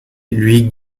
louis